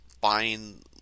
buying